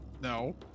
No